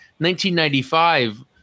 1995